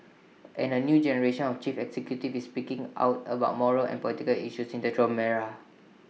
and A new generation of chief executives is speaking out about moral and political issues in the Trump era